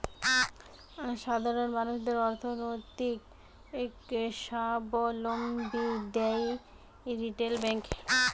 সাধারণ মানুষদের অর্থনৈতিক সাবলম্বী দ্যায় রিটেল ব্যাংক